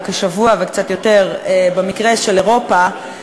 או כשבוע וקצת יותר במקרה של אירופה,